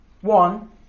one